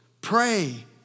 Pray